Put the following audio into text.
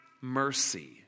mercy